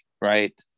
right